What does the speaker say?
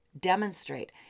Demonstrate